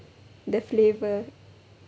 the flavour